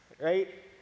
Right